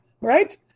Right